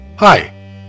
Hi